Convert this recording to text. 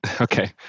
Okay